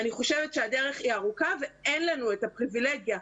אני חושבת שהדרך היא ארוכה ואין לנו את הפריבילגיה.